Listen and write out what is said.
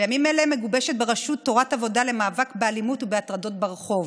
בימים אלה מגובשת ברשות תורת עבודה למאבק באלימות ובהטרדות ברחוב.